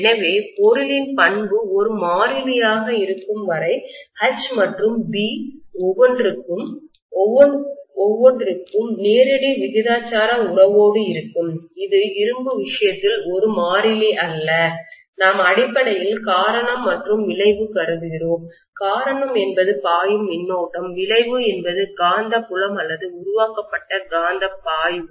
எனவே பொருளின் பண்பு ஒரு மாறிலியாக இருக்கும் வரை H மற்றும் B ஒவ்வொன்றிற்கும் நேரடி விகிதாசார உறவோடு இருக்கும் இது இரும்பு விஷயத்தில் ஒரு மாறிலி அல்ல நாம் அடிப்படையில் காரணம் மற்றும் விளைவு கருதுகிறோம் காரணம் என்பது பாயும் மின்னோட்டம் விளைவு என்பது காந்தப்புலம் அல்லது உருவாக்கப்பட்ட காந்தப் பாய்வு